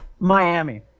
Miami